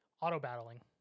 auto-battling